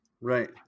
Right